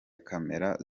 camera